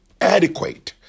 adequate